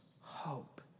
hope